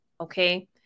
okay